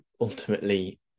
ultimately